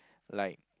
like